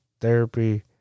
therapy